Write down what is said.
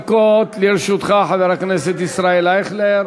שלוש דקות לרשותך, חבר הכנסת ישראל אייכלר.